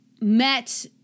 met